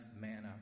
manna